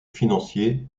financier